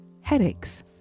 headaches